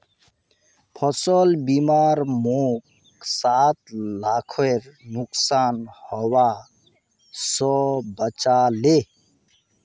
फसल बीमा मोक सात लाखेर नुकसान हबा स बचा ले